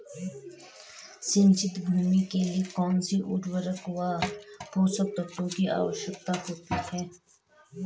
सिंचित भूमि के लिए कौन सी उर्वरक व पोषक तत्वों की आवश्यकता होती है?